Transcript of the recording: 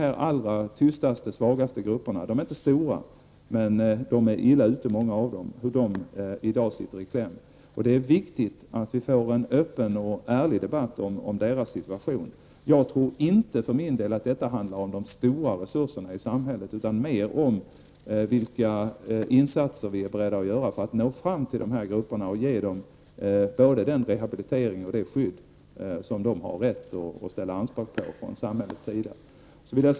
De allra svagaste grupperna -- de är inte stora men de är illa ute -- kommer därför i dag i kläm. Det är viktigt att vi får en öppen och ärlig debatt om dessa gruppers situation. Jag tror för min del inte att det här handlar om några stora resurser utan mer om vilka insatser vi gör för att nå fram till dessa grupper och kunna ge dem den rehabilitering och det skydd som de har rätt att ställa anspråk på.